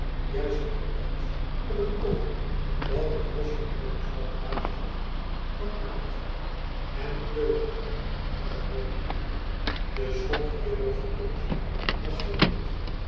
juist in tijds op het oogenblik dat het ros van de jonkvrouw te water zoû gaan kwam aangieren en den teugel greep van het hollende dier de schok hierdoor veroorzaakt was zoo hevig